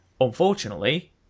Unfortunately